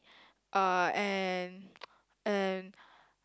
uh and and